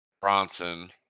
Bronson